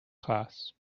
class